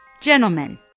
Gentlemen